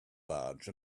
large